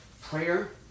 prayer